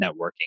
networking